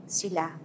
sila